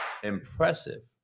impressive